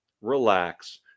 relax